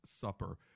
supper